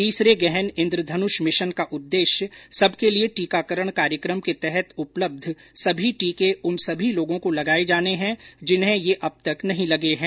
तीसरे गहन इन्द्रधनुष मिशन का उद्देश्य सबके लिए टीकाकरण कार्यक्रम के तहत उपलब्य सभी टीके उन सभी लोगों को लगाए जाने हैं जिन्हें ये अब तक नहीं लगे हैं